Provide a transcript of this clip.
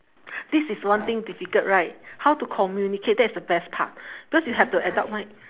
this is one thing difficult right how to communicate that's the best part because you have the adult mind